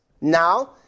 Now